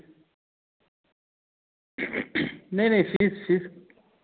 नहीं नहीं fees fees